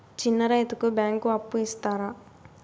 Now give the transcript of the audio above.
చిన్న రైతుకు బ్యాంకు అప్పు ఇస్తారా?